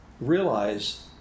realize